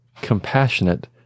compassionate